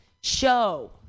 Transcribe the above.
show